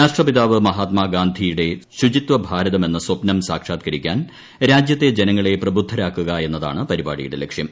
രാഷ്ട്രപിതാവ് മഹാത്മഗാന്ധിയുടെ ശുചിത്വ ഭാരതം എന്ന സ്വപ്നം സാക്ഷാത്കരിക്കാൻ രാജ്യത്തെ ജനങ്ങളെ പ്രബുദ്ധരാക്കുക എന്നതാണ് പരിപാടിയുടെ ലക്ഷ്യം